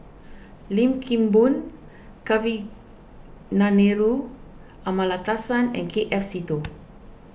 Lim Kim Boon Kavignareru Amallathasan and K F Seetoh